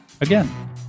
again